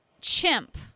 chimp